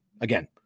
Again